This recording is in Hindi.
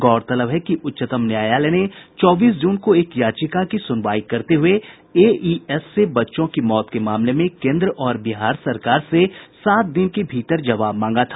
गौरतलब है कि उच्चतम न्यायालय ने चौबीस जून को एक याचिका की सुनवाई करते हुए एईएस से बच्चों की मौत के मामले में केन्द्र और बिहार सरकार से सात दिन के भीतर जवाब मांगा था